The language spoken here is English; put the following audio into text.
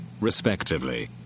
respectively